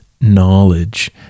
knowledge